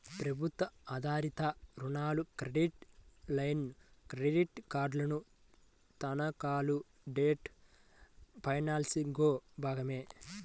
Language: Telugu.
ప్రభుత్వ ఆధారిత రుణాలు, క్రెడిట్ లైన్లు, క్రెడిట్ కార్డులు, తనఖాలు డెట్ ఫైనాన్సింగ్లో భాగమే